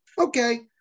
Okay